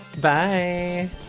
Bye